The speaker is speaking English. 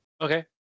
Okay